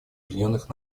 объединенных